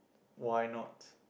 why not